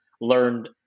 learned